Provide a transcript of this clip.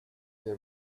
they